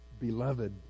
Beloved